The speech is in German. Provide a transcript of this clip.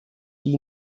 die